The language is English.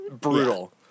brutal